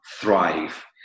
thrive